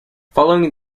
following